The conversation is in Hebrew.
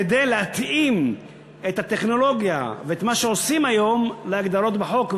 כדי להתאים את הטכנולוגיה ואת מה שעושים היום להגדרות בחוק,